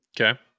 okay